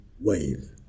wave